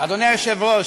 אדוני היושב-ראש,